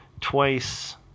twice